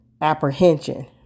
apprehension